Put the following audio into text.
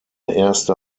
erste